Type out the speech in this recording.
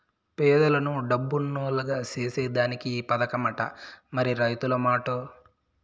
పేదలను డబ్బునోల్లుగ సేసేదానికే ఈ పదకమట, మరి రైతుల మాటో